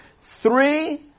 Three